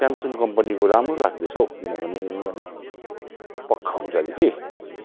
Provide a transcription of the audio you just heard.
Samsung कम्पनीको राम्रो लाग्दैछ हौ किनभने अलिक पक्का हुन्छ हरे कि